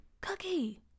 Cookie